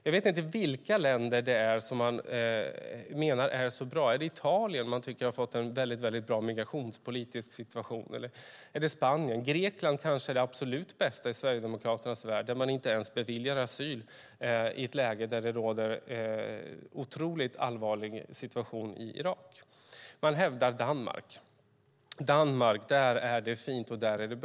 Jag vet inte vilka länder det är som man menar är så bra. Är det Italien som man tycker har fått en bra migrationspolitisk situation, eller är det Spanien? Grekland kanske är det absolut bästa i Sverigedemokraternas värld. Där beviljar man inte ens asyl i ett läge där det råder en otroligt allvarlig situation i Irak. Man hävdar Danmark. Där är det fint och bra, menar man.